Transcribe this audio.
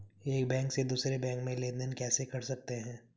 एक बैंक से दूसरे बैंक में लेनदेन कैसे कर सकते हैं?